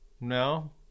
No